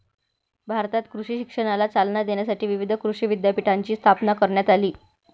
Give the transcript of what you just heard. भारतात कृषी शिक्षणाला चालना देण्यासाठी विविध कृषी विद्यापीठांची स्थापना करण्यात आली